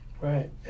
Right